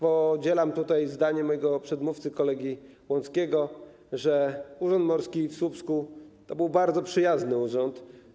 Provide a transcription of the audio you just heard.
Podzielam zdanie mojego przedmówcy, kolegi Łąckiego, że Urząd Morski w Słupsku to był bardzo przyjazny urząd.